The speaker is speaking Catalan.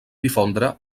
difondre